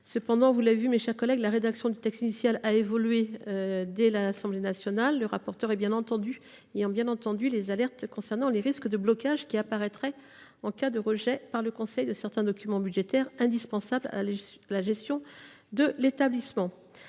Cependant, vous l’avez vu, la rédaction du texte initial a évolué dès l’Assemblée nationale, le rapporteur ayant bien entendu les alertes concernant les risques de blocage qui apparaîtraient en cas de rejet par le conseil de certains documents budgétaires indispensables à la gestion de l’établissement.